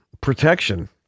protection